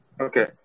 Okay